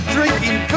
Drinking